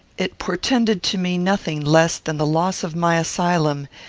it portended to me nothing less than the loss of my asylum,